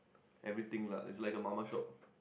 everything lah it's like a mama shop